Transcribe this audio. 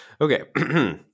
Okay